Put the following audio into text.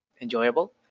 enjoyable